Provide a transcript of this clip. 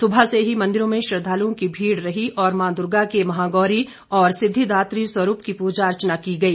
सुबह से ही मंदिरों में श्रद्वालुओं की भीड़ रही और मां दुर्गा के महागौरी और सिद्विदात्री स्वरूप की पूजा अर्चना की गई